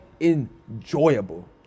enjoyable